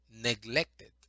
neglected